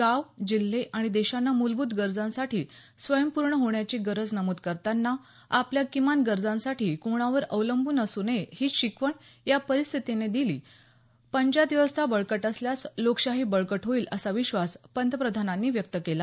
गावं जिल्हे आणि देशानं मूलभूत गरजांसाठी स्वयंपूर्ण होण्याची गरज नमूद करताना आपल्या किमान गरजांसाठी कोणावर अवलंबून असे नये हीच शिकवण या परिस्थितीने दिली पंचायत व्यवस्था बळकट असल्यासलोकशाही बळकट होईल असा विश्वास पंतप्रधानांनी व्यक्त केला